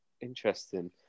Interesting